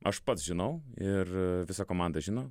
aš pats žinau ir visa komanda žino